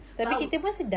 but I would